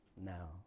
now